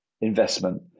investment